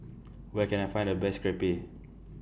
Where Can I Find The Best Crepe